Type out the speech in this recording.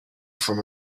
from